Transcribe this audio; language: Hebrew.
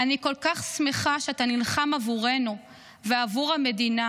אני כל כך שמחה שאתה נלחם עבורנו ועבור המדינה